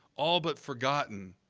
all but forgotten,